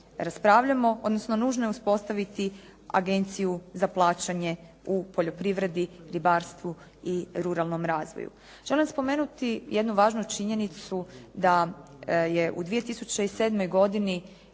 raspravljamo, odnosno nužno je uspostaviti Agenciju za plaćanje u poljoprivredi, ribarstvu i ruralnom razvoju. Želim spomenuti jednu važnu činjenicu da je u 2007. godini